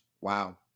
Wow